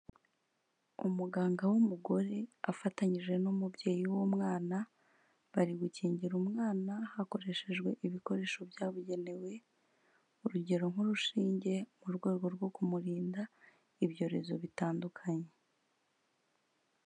Umuganga w'umugore afatanyije n'umubyeyi w'umwana, bari gukingira umwana hakoreshejwe ibikoresho byabugenewe urugero, nk'urushinge mu rwego rwo kumurinda ibyorezo bitandukanye.